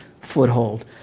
foothold